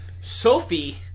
Sophie